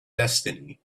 destiny